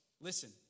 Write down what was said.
Listen